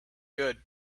good